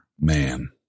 man